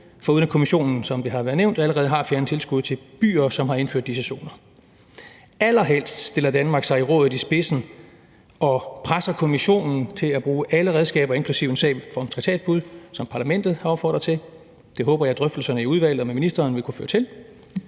været nævnt, allerede har fjernet tilskud til byer, som har indført disse zoner. Allerhelst stiller Danmark sig i spidsen i Rådet og presser Kommissionen til at bruge alle redskaber, inklusive en sag om traktatbrud, som Parlamentet har opfordret til. Det håber jeg drøftelserne i udvalget og med ministeren vil kunne føre til,